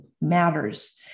matters